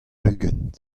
ugent